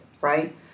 right